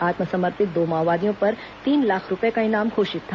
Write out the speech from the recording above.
आत्मसमर्पित दो माओवादियों पर तीन लाख रूपये का इनाम घोषित था